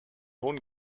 hohen